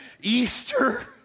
Easter